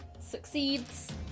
succeeds